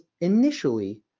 initially